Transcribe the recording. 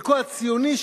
חלקו הציוני,